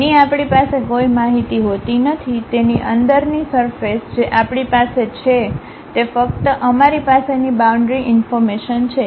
જેની આપણી પાસે કોઈ માહિતી હોતી નથી તેની અંદરની સરફેસ જે આપણી પાસે છે તે ફક્ત અમારી પાસેની બાઉન્ડ્રી ઇન્ફોર્મેશન છે